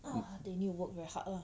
ah they need to work very hard lah